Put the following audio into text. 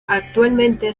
actualmente